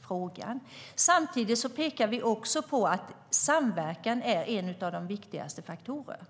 fråga. Samtidigt pekar vi på att samverkan är en av de viktigaste faktorerna.